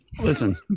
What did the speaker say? Listen